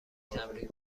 تمرین